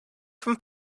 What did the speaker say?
from